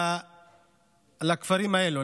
לכפרים האלה,